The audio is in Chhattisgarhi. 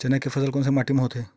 चना के फसल कोन से माटी मा होथे?